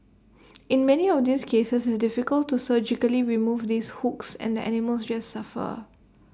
in many of these cases it's difficult to surgically remove these hooks and the animals just suffer